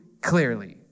clearly